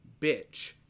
bitch